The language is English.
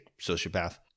sociopath